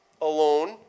alone